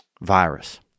virus